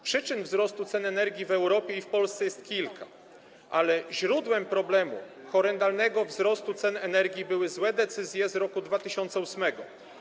Przyczyn wzrostu cen energii w Europie i w Polsce jest kilka, ale źródłem problemu horrendalnego wzrostu cen energii były złe decyzje z roku 2008.